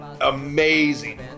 amazing